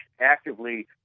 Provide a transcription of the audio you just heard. actively